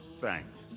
Thanks